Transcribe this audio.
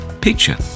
picture